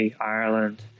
Ireland